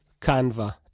Canva